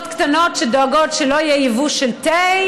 קטנות שדואגות שלא יהיה יבוא של תה,